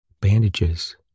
bandages